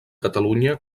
catalunya